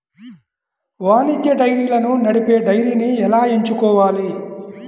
వాణిజ్య డైరీలను నడిపే డైరీని ఎలా ఎంచుకోవాలి?